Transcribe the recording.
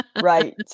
Right